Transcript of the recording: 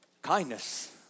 Kindness